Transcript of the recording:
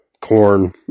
corn